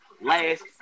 last